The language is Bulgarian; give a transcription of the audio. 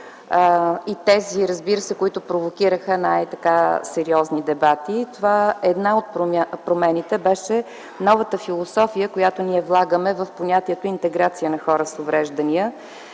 и тези, разбира се, които провокираха най сериозни дебати. Една от промените беше новата философия, която ние влагаме в понятието „интеграция на хора с увреждания”.